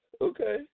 Okay